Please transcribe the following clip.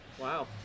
Wow